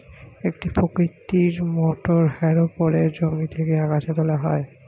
এক প্রকৃতির motor harrow করে জমি থেকে আগাছা তোলা হয়